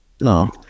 no